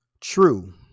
True